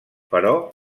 però